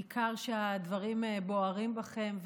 ניכר שהדברים בוערים בכם,